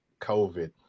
COVID